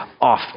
off